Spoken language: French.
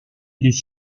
des